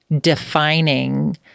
defining